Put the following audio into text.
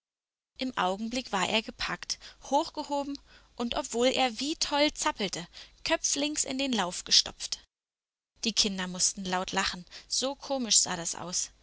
im augenblick war er gepackt hochgehoben und obwohl er wie toll zappelte köpflings in den lauf gestopft die kinder mußten laut lachen so komisch sah das aus